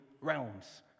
realms